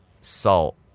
salt